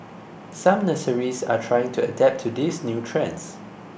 some nurseries are trying to adapt to these new trends